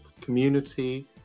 community